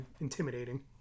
intimidating